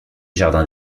jardin